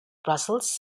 brussels